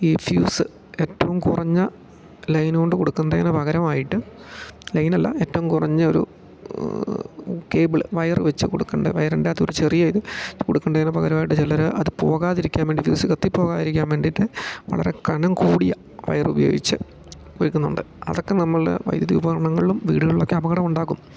ഈ ഫ്യൂസ് ഏറ്റവും കുറഞ്ഞ ലൈൻ ഉണ്ട് കൊടുക്കേണ്ടെന്നു പകരമായിട്ട് ലൈൻ അല്ല ഏറ്റവും കുറഞ്ഞ ഒരു കേബിള് വയറ് വച്ചു കൊടുക്കേണ്ട വയറിൻ്റെ അകത്തൊരു ചെറിയ ഇത് കൊടുക്കണ്ടതിന് പകരമായിട്ട് ചിലർ അത് പോകാതിരിക്കാൻ വേണ്ടി ഫ്യൂസ് കത്തി പോകാതിരിക്കാൻ വേണ്ടിയിട്ട് വളരെ കനം കൂടിയ വയറ് ഉപയോഗിച്ചു ഒരുക്കുന്നുണ്ട് അതൊക്കെ നമ്മൾ വൈദ്യുതി ഉപകരണങ്ങളിലും വീടുകളിലൊക്കെ അപകടമുണ്ടാകും